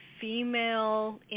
female